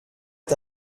est